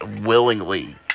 willingly